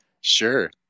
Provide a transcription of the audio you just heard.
Sure